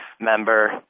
member